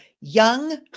young